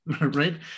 right